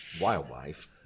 wildlife